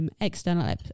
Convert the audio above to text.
External